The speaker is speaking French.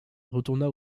retourna